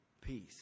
peace